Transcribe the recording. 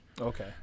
okay